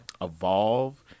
evolve